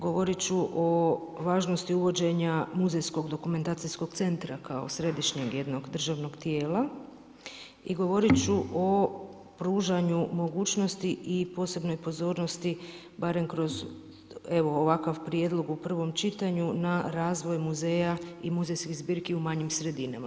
Govorit ću o važnosti uvođenja Muzejskog dokumentacijskog centra kao središnjeg jednog državnog tijela i govorit ću o pružanju mogućnosti i posebnoj pozornosti barem kroz evo ovakav prijedlog u prvom čitanju na razvoj muzeja i muzejskih zbirki u manjim sredinama.